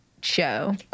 show